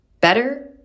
Better